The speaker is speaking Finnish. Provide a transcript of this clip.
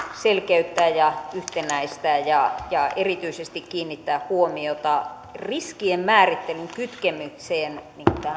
selkeyttää ja yhtenäistää ja ja erityisesti kiinnittää huomiota riskien määrittelyn kytkemiseen